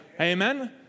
Amen